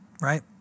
Right